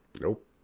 Nope